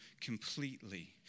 completely